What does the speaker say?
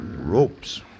Ropes